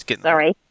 sorry